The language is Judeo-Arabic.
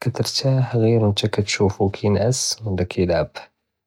וּכּתְרְתַאח עְ׳יר נְתַא כּתְשוּפו כִּינְעְס ולא כִּילְעַבּ.